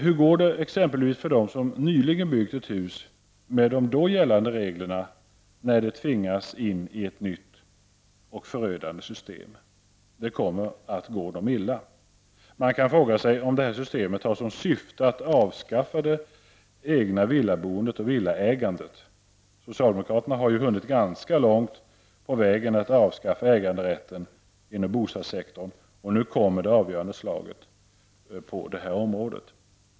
Hur går det för dem som nyligen byggt ett hus med de då gällande reglerna, när de tvingas in i ett nytt och förödande system? Det kommer att gå illa! Man kan fråga sig om detta system har som syfte att avskaffa det egna villaboendet och villaägandet. Socialdemokraterna har hunnit ganska långt på vägen att avskaffa äganderätten inom bostadssektorn. Nu kommer det avgörande slaget på detta område.